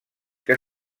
que